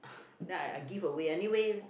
then I I give away anyway